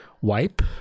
wipe